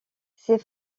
ses